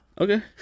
Okay